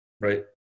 right